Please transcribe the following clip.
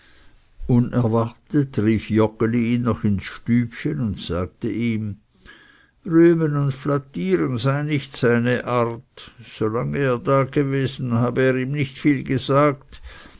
noch ins stübchen und sagte ihm rühmen und flattieren sei nicht seine art so lange er dagewesen habe er ihm nicht viel gesagt